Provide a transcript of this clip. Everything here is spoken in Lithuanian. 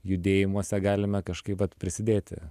judėjimuose galime kažkaip vat prisidėti